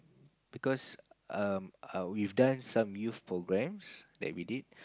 because um we've done some youth programs that we did